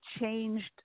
changed